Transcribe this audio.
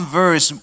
verse